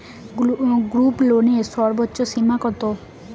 গ্রুপলোনের সর্বোচ্চ সীমা কত?